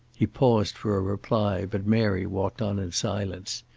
he paused for a reply, but mary walked on in silence.